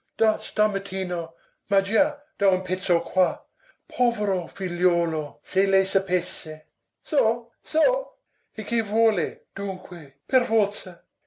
da stamattina ma già da un pezzo qua povero figliuolo se lei sapesse so so e che vuole dunque per forza